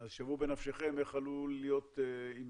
שערו בנפשכם אם מחר